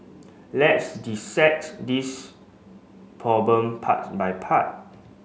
let's dissect this problem part by part